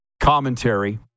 Commentary